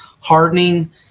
hardening